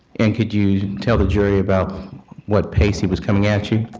and could you tell the jury about what pace he was coming at you?